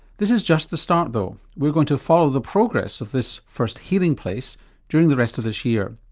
this is just the start though, we are going to follow the progress of this first healing place during the rest of this year.